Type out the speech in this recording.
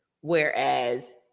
whereas